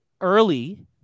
early